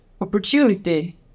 opportunity